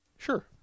Sure